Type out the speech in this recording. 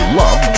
love